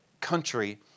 country